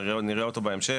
נקריא אותו ואז נסביר.